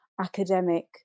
Academic